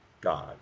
God